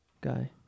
guy